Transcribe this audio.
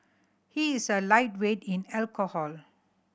he is a lightweight in alcohol